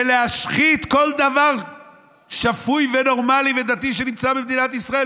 בלהשחית כל דבר שפוי ונורמלי ודתי שנמצא במדינת ישראל,